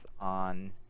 on